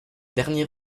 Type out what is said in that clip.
dernier